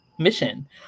mission